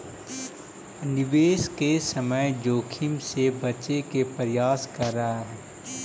निवेश के समय जोखिम से बचे के प्रयास करऽ